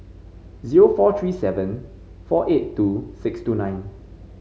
zero four three seven four eight two six two nine